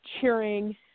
cheering